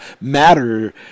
matter